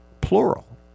plural